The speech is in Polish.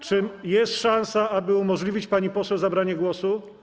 Czy jest szansa, aby umożliwić pani poseł zabranie głosu?